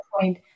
point